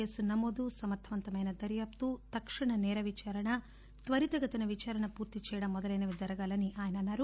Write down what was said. case నమోదు సమర్గవంతమైన దర్యాప్పు తక్షణ సేర విచారణ త్వరితగతిన విచారణ పూర్తి చేయడం మొదలైనవి జరగాలని ఆయన అన్నారు